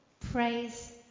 Praise